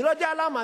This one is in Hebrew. אני לא יודע למה.